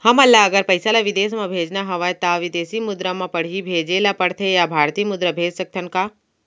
हमन ला अगर पइसा ला विदेश म भेजना हवय त विदेशी मुद्रा म पड़ही भेजे ला पड़थे या भारतीय मुद्रा भेज सकथन का?